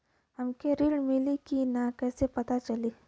हमके ऋण मिली कि ना कैसे पता चली?